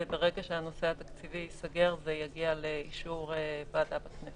שהנושא התקציבי ייסגר ויגיע לאישור ועדה בכנסת.